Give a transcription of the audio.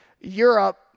Europe